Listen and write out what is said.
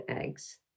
eggs